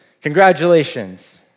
Congratulations